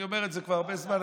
אני אומר את זה הרבה זמן.